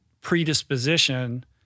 predisposition